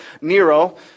Nero